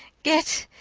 get.